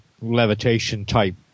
levitation-type